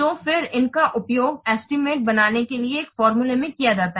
तो फिर इनका उपयोग एस्टीमेट बनाने के लिए एक फार्मूला में किया जाता है